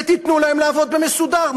ותנו להם לעבוד מסודר.